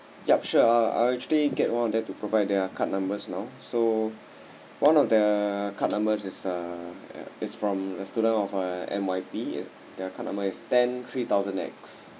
yup sure uh I'll actually get one of them to provide their card numbers now so one of the card number is uh it's from a student of uh N_Y_P their card number is ten three thousand X